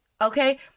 okay